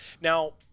Now